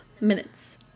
minutes